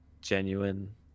genuine